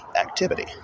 activity